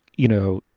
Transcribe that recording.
you know,